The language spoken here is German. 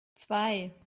zwei